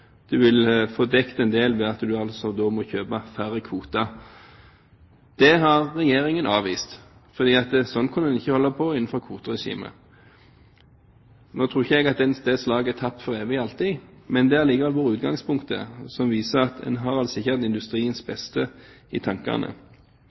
Du vil få dekket en del ved at du altså da må kjøpe færre kvoter. Det har Regjeringen avvist, for sånn kunne en ikke holde på innenfor kvoteregimet. Nå tror ikke jeg at det slaget er tapt for evig og alltid, men det har likevel vært utgangspunktet, som viser at en altså ikke har hatt industriens